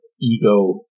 ego